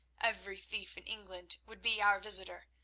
every thief in england would be our visitor,